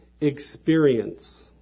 experience